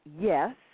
yes